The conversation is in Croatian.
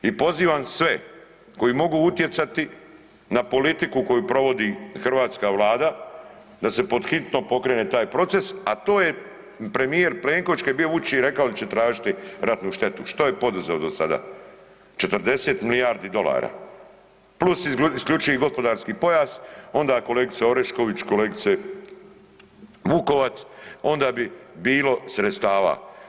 I pozivam sve koji mogu utjecati na politiku koju provodi hrvatska Vlada da se pod hitno pokrene taj proces, a to je premijer Plenković kad je bio Vučić i rekao da će tražiti ratnu štetu, što je poduzeo do sada, 40 milijardi dolara plus isključivi gospodarski pojas onda kolegice Orešković, kolegice Vukovac onda bi bilo sredstava.